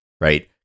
right